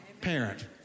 parent